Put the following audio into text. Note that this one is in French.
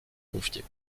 confier